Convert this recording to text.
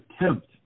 attempt